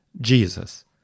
Jesus